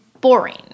boring